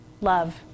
Love